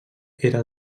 era